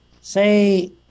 say